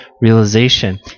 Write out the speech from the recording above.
realization